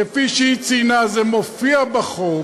כפי שהיא ציינה, זה מופיע בחוק,